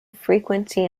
frequency